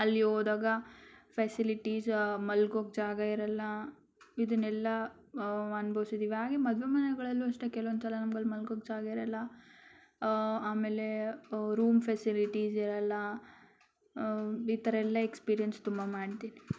ಅಲ್ಲಿ ಹೋದಾಗ ಫೆಸಿಲಿಟೀಸ್ ಮಲ್ಗೋಕ್ಕೆ ಜಾಗ ಇರೋಲ್ಲ ಇದನ್ನೆಲ್ಲ ಅನ್ಬವ್ಸಿದಿವಿ ಹಾಗೆ ಮದುವೆ ಮನೆಗಳಲ್ಲೂ ಅಷ್ಟೆ ಕೆಲವೊಂದ್ಸಲ ನಮ್ಗಲ್ಲಿ ಮಲ್ಗೋಕ್ಕೆ ಜಾಗ ಇರೋಲ್ಲ ಆಮೇಲೆ ರೂಮ್ ಫೆಸಿಲಿಟೀಸ್ ಇರೋಲ್ಲ ಈ ಥರ ಎಲ್ಲ ಎಕ್ಸ್ಪೀರಿಯನ್ಸ್ ತುಂಬ ಮಾಡಿದ್ದೀನಿ